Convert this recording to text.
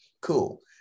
cool